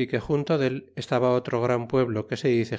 y que junto dél estaba otro gran pueblo que se dice